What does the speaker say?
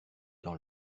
dans